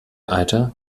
eiter